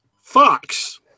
Fox